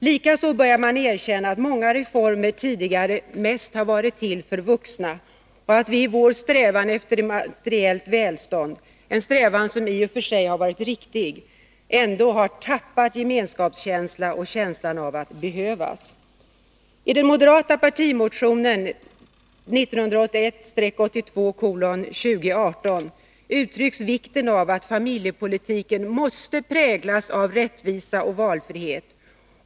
Likaså börjar man erkänna att många reformer tidigare mest varit till för de vuxna och att vi i vår strävan efter materiellt välstånd — en strävan som i och för sig varit riktig — har tappat gemenskapskänslan och känslan av att behövas. I den moderata partimotionen 1981/82:2018 uttrycks vikten av att familjepolitiken måste präglas av rättvisa och valfrihet.